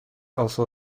also